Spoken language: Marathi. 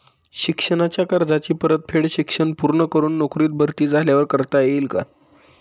शिक्षणाच्या कर्जाची परतफेड शिक्षण पूर्ण करून नोकरीत भरती झाल्यावर करता येईल काय?